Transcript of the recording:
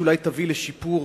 שאולי תביא לשיפור